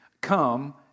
come